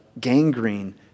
gangrene